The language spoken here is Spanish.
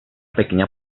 pequeña